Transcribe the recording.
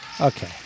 Okay